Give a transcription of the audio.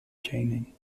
chaining